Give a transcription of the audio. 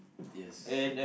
yes